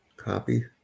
Copy